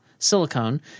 silicone